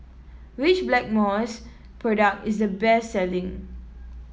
which Blackmores product is the best selling